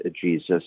Jesus